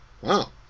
wow